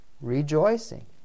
rejoicing